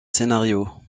scénario